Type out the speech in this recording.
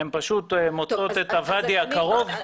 הן מוצאות את הוואדי הקרוב.